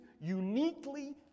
uniquely